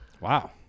Wow